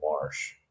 marsh